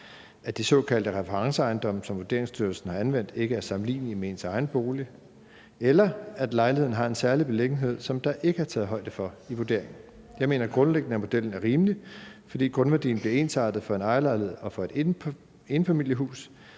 at de såkaldte referenceejendomme, som Vurderingsstyrelsen har anvendt, ikke er sammenlignelige med ens egen bolig, eller at lejligheden har en særlig beliggenhed, som der ikke er taget højde for i vurderingen. Jeg mener grundlæggende, at modellen er rimelig, fordi grundværdien bliver ensartet for en ejerlejlighed og et enfamilieshus,